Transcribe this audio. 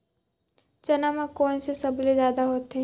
चना म कोन से सबले जादा होथे?